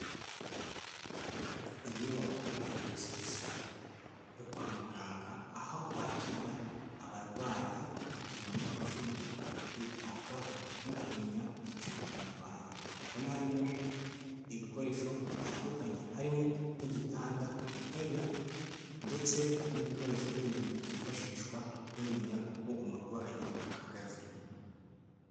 Inyubako nziza yo kwa muganga, aho bakirira abarwayi kugirango ngo barusheho kwitabwaho no kumenya icyo barwaye, ubona harimo ibikoresho bitandukanye harimo nk'igitanda, intebe ndetse n'ibikoresho bindi byifashishwa bamenya uko umurwayi ahagaze.